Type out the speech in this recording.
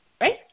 right